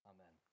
Amen